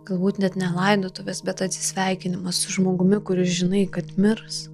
galbūt net ne laidotuvės bet atsisveikinimas su žmogumi kuris žinai kad mirs